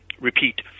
repeat